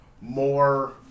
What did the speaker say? more